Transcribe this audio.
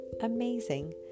Amazing